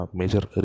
major